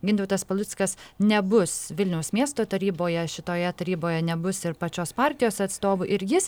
gintautas paluckas nebus vilniaus miesto taryboje šitoje taryboje nebus ir pačios partijos atstovų ir jis